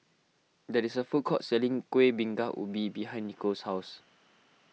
there is a food court selling Kueh Bingka Ubi behind Nico's house